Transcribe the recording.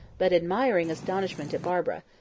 but admiring, astonishment at barbara,